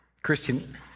Christian